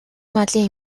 малын